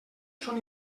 són